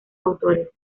autores